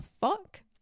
fuck